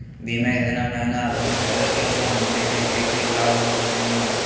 बीमा योजना महिना आवेदन करै स हमनी के की की लाभ हो सकनी हे?